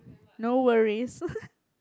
no worries